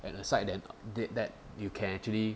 at a site that did that you can actually